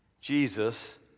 Jesus